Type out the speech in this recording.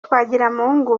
twagiramungu